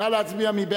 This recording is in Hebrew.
נא להצביע.